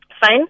Fine